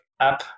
app